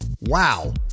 Wow